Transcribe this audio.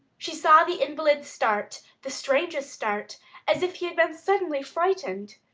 she saw the invalid start the strangest start as if he had been suddenly frightened.